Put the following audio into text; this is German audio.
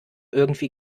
irgendwie